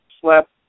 slept